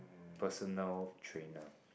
personal trainer